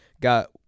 Got